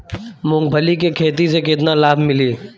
मूँगफली के खेती से केतना लाभ मिली?